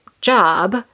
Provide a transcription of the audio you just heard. job